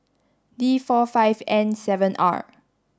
D four five N seven R